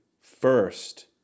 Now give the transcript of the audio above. first